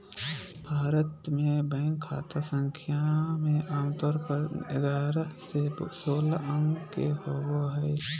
भारत मे बैंक खाता संख्या मे आमतौर पर ग्यारह से सोलह अंक के होबो हय